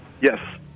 Yes